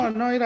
no